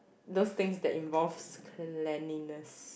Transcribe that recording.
those things that involves cleanliness